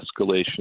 escalation